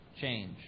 change